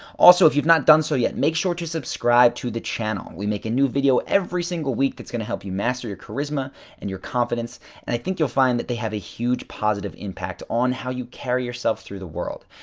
also, if you have not done so yet, make sure to subscribe to the channel. we make a new video every single week that's going to help you master your charisma and your confidence and i think you'll find that they have a huge positive impact on how you carry yourself through the world.